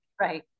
right